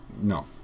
no